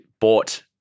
bought